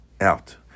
out